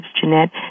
Jeanette